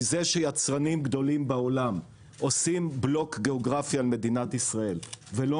כי זה שיצרנים גדולים בעולם עושים block גיאוגרפי על מדינת ישראל ,ולא